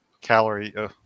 calorie